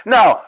Now